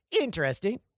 interesting